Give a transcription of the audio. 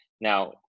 Now